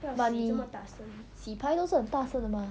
but 你洗牌都是很大声的 mah